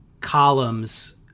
columns